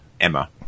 Emma